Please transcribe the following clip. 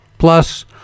Plus